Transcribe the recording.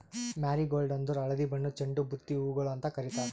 marigold ಅಂದುರ್ ಹಳದಿ ಬಣ್ಣದ್ ಚಂಡು ಬುತ್ತಿ ಹೂಗೊಳ್ ಅಂತ್ ಕಾರಿತಾರ್